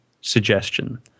suggestion